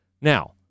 Now